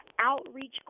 outreach